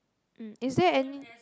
mm is there any